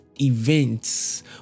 events